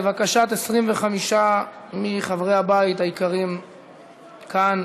לבקשת 25 מחברי הבית היקרים כאן,